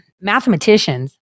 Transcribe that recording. mathematicians